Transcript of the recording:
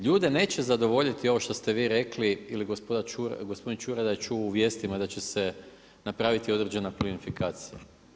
Ljude neće zadovoljiti ovo što ste vi rekli ili gospodin Čuraj da je čuo u vijestima da će se napraviti određena plinifikacija.